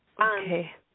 Okay